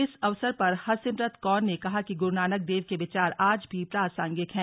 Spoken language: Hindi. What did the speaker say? इस अवसर पर हरसिमरत कौर ने कहा कि गुरू नानक देव के विचार आज भी प्रासंगिक हैं